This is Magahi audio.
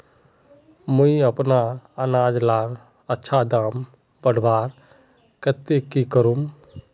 मुई अपना अनाज लार अच्छा दाम बढ़वार केते की करूम?